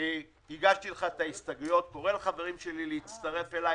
קורא לחבריי להצטרף אליי